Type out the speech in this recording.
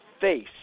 face